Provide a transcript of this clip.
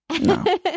no